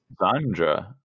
Zandra